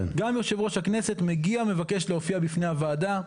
גם יושב ראש הכנסת מגיע ומבקש להופיע בפני הוועדה.